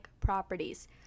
properties